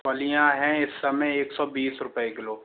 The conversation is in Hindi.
फलियाँ है इस समय एक साै बीस रुपए किलो